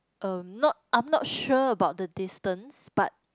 uh not I'm not sure about the distance but